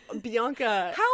Bianca